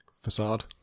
Facade